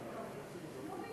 אדוני